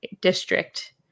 district